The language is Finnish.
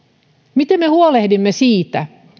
miten me huolehdimme siitä